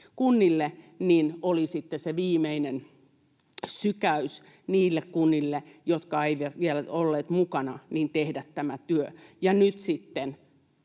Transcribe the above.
kunnille, oli sitten se viimeinen sykäys niille kunnille, jotka eivät vielä olleet mukana, tehdä tämä työ. Ja nyt sitten,